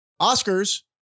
Oscars